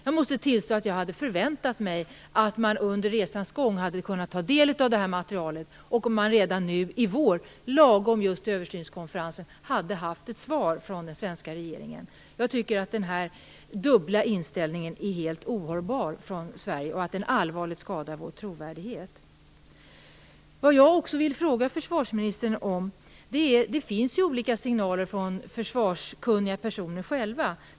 Jag måste tillstå att jag hade förväntat mig att vi under resans gång hade kunnat ta del av det här materialet och att vi redan nu i vår, lagom till översynskonferensen, hade haft ett svar från den svenska regeringen. Jag tycker att den dubbla inställningen från Sverige är helt ohållbar och att den allvarligt skadar vår trovärdighet. Jag har också en annan fråga till försvarsministern. Det finns olika signaler från försvarskunniga personer.